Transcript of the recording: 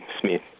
Smith